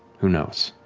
who knows.